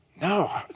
No